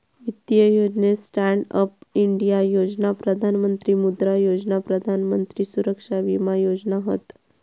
वित्तीय योजनेत stand up India योजना, प्रधान मंत्री मुद्रा योजना, प्रधान मंत्री सुरक्षा विमा योजना हत